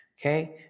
Okay